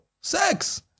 sex